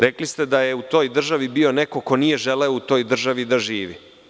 Rekli ste da je u toj državi bio neko ko nije želeo u toj državi da živi.